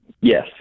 Yes